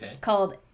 called